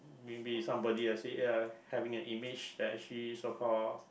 maybe somebody ya having a image that actually so call